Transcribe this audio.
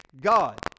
God